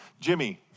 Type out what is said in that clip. Jimmy